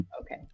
okay